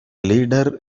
leader